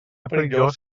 perillós